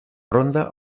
ronda